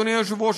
אדוני היושב-ראש,